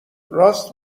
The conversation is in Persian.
راست